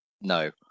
no